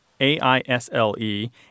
A-I-S-L-E